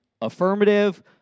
Affirmative